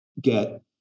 get